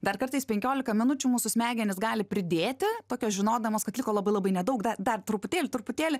dar kartais penkiolika minučių mūsų smegenys gali pridėti tokios žinodamos kad liko labai labai nedaug dar truputėlį truputėlį